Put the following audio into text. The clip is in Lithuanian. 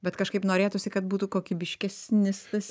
bet kažkaip norėtųsi kad būtų kokybiškesnis tas